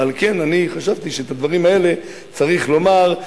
ועל כן אני חשבתי שאת הדברים האלה צריך לומר.